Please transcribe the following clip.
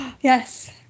Yes